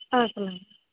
ஆ சொல்லுங்கள்